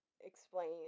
explain